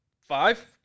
five